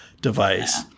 device